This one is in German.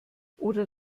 oder